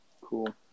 Cool